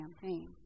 campaign